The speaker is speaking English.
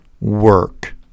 work